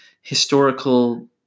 historical